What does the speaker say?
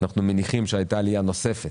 אנחנו מניחים שהייתה עלייה נוספת.